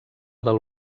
del